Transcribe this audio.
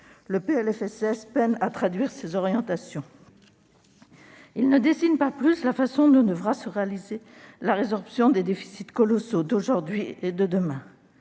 Le PLFSS peine à traduire ces orientations. Ce projet de loi ne dessine pas davantage la façon dont devra se réaliser la résorption des déficits colossaux d'aujourd'hui et de demain.